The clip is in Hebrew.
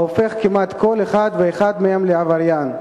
ההופך כמעט כל אחד ואחד מהם לעבריין.